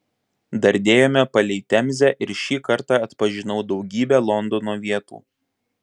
dardėjome palei temzę ir šį kartą atpažinau daugybę londono vietų